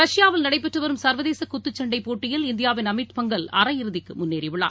ரஷ்யாவில் நடைபெற்றுவரும் சர்வதேசகுத்துச்சண்டைபோட்டியில் இந்தியாவின் அமீத் பங்கல் அரையிறுதிக்குமுன்னேறியுள்ளார்